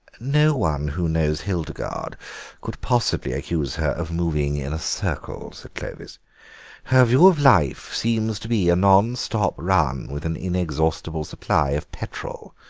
no one who knows hildegarde could possibly accuse her of moving in a circle, said clovis her view of life seems to be a non-stop run with an inexhaustible supply of petrol.